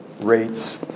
rates